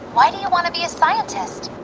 why do you want to be a scientist?